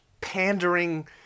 pandering